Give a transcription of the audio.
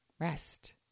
Rest